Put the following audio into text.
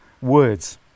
words